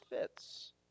fits